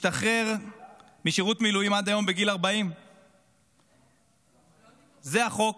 השתחרר משירות מילואים עד היום בגיל 40. זה החוק,